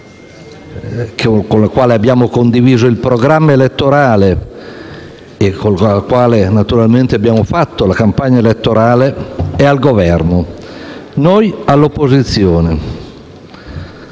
con il quale abbiamo condiviso il programma elettorale e naturalmente abbiamo fatto la campagna elettorale, è al Governo; noi siamo all'opposizione.